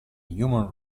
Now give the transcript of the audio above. human